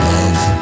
Love